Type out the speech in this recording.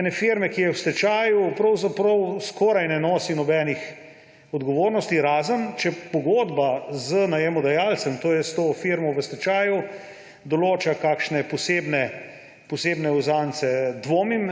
ene firme, ki je v stečaju, pravzaprav skoraj ne nosi nobenih odgovornosti, razen če pogodba z najemodajalcem, to je s to firmo v stečaju, določa kakšne posebne uzance. Dvomim,